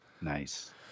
Nice